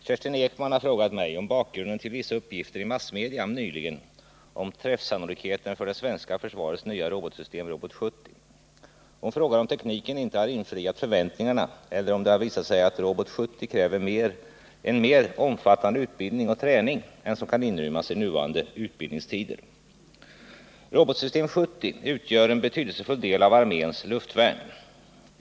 Herr talman! Kerstin Ekman har frågat mig om bakgrunden till vissa uppgifter i massmedia nyligen om träffsannolikheten för det svenska försvarets nya robotsystem, robot 70. Hon frågar om tekniken inte har infriat förväntningarna eller om det har visat sig att robot 70 kräver en mer omfattande utbildning och träning än som kan inrymmas i nuvarande utbildningstider. Robotsystem 70 utgör en betydelsefull del av arméns luftvärn.